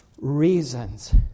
reasons